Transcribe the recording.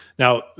Now